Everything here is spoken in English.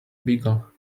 beagle